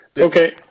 okay